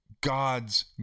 God's